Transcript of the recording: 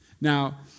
Now